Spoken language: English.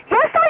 Yes